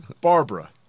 Barbara